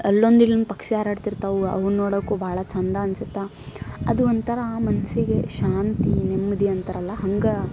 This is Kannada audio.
ಅಲ್ಲೊಂದು ಇಲ್ಲೊಂದು ಪಕ್ಷಿ ಹಾರಾಡ್ತಾ ಇರ್ತವೆ ಅವ್ನ ನೋಡೋಕ್ಕೂ ಭಾಳ ಚೆಂದ ಅನ್ಸುತ್ತೆ ಅದು ಒಂಥರ ಮನಸ್ಸಿಗೆ ಶಾಂತಿ ನೆಮ್ಮದಿ ಅಂತಾರಲ್ಲ ಹಂಗೆ